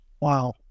Wow